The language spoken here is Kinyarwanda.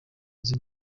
inzu